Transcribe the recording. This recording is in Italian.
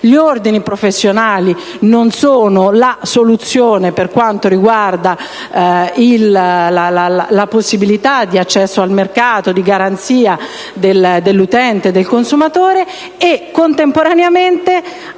gli ordini professionali non sono la soluzione rispetto alla possibilità di accesso al mercato, di garanzia dell'utente e dei consumatori, e contemporaneamente